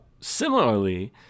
similarly